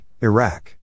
Iraq